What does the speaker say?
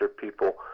people